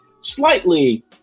slightly